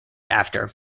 after